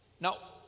Now